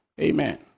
Amen